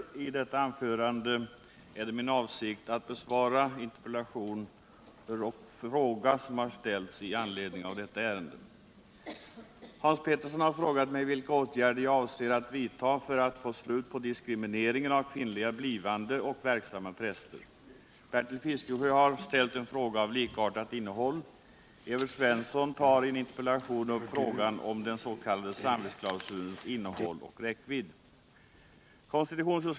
Min avsikt är att i detta anförande besvara de interpellationer och den fråga som ställts till mig med anledning av detta ärende. Hans Petersson har frågat mig vilka åtgärder jag avser att vidta för att få slut på diskrimineringen av kvinnliga blivande och verksamma präster. Bertil Fiskesjö har ställt en fråga av likartat innehåll. Evert Svensson tar i en interpellation upp frågan om den s.k. samvetsklausulens innehåll och räckvidd.